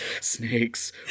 snakes